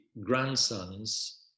grandsons